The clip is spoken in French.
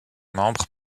membres